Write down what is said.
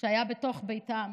שהיה בתוך ביתם.